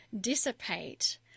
dissipate